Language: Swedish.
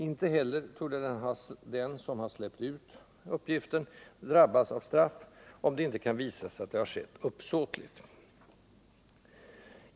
Inte heller torde den som släppt ut den drabbas av straff, om det inte kan visas att detta skett uppsåtligt.